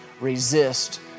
resist